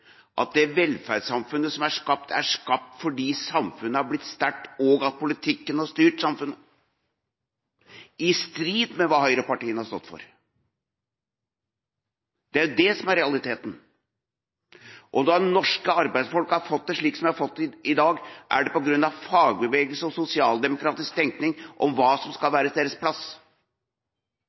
velferdssamfunnet som er skapt, er skapt fordi samfunnet har blitt sterkt og politikken har styrt samfunnet – i strid med hva høyrepartiene har stått for. Det er det som er realiteten. Når norske arbeidsfolk har fått det slik som de har fått det i dag, er det på grunn av fagbevegelsen og sosialdemokratisk tenkning om hva som skal være deres plass.